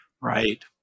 Right